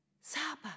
Saba